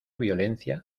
violencia